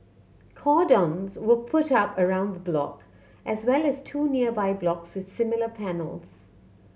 cordons were put up around the block as well as two nearby blocks with similar panels